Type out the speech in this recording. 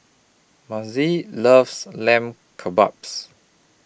Mazie loves Lamb Kebabs